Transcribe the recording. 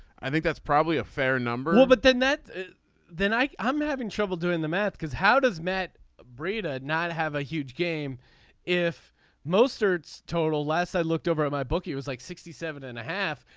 i think that's probably a fair number. but then that then i'm having trouble doing the math because how does matt brita not have a huge game if most certs total less. i looked over at my book he was like sixty seven and a half.